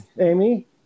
Amy